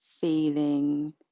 feeling